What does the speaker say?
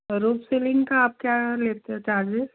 room ceiling का आप क्या लेते हैं चार्जेस